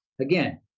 Again